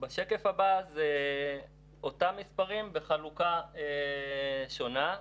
השקף הבא אותם מספרים בחלוקה שונה.